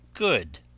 good